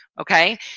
Okay